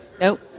nope